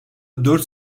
dört